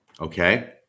Okay